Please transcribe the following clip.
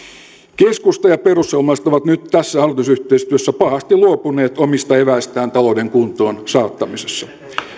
keskusta ja perussuomalaiset ovat nyt tässä hallitusyhteistyössä pahasti luopuneet omista eväistään talouden kuntoonsaattamisessa